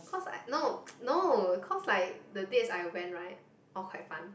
cause I no no cause like the dates I went right all quite fun